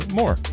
more